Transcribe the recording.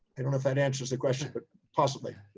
i don't know if that answers the question, but possibly.